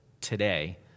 today